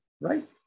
right